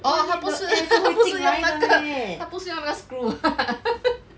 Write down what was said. oh 他不是 他不是用那个他不是用那个 screw ah